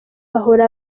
bahora